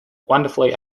wonderfully